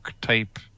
type